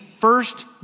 first